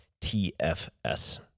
tfs